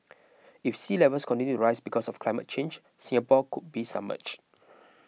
if sea levels continue rise because of climate change Singapore could be submerged